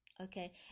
Okay